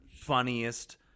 funniest